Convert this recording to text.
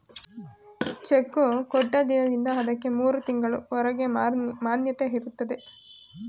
cheque ಕೊಟ್ಟ ದಿನದಿಂದ ಅದಕ್ಕೆ ಮೂರು ತಿಂಗಳು ಹೊರಗೆ ಮಾನ್ಯತೆ ಇರುತ್ತೆ